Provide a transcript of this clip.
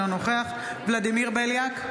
אינו נוכח ולדימיר בליאק,